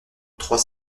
trois